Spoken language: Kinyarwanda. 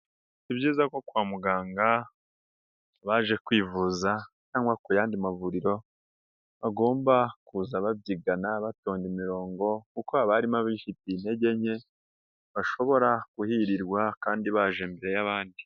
Si byiza ko kwa muganga, abaje kwivuza cyangwa ku yandi mavuriro, bagomba kuza babyigana, batonda imirongo kuko haba harimu abifiteye intege nke, bashobora kuhirirwa kandi baje imbere y'abandi.